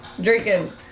Drinking